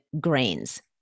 grains